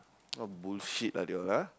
all bullshit ah they all ah